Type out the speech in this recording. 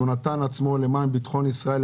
שנתן עצמו למען ביטחון ישראל,